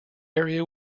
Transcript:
area